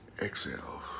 Exhale